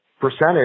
percentage